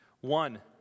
One